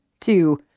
two